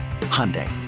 Hyundai